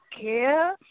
care